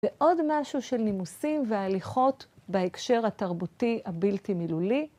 ועוד משהו של נימוסים והליכות בהקשר התרבותי הבלתי מילולי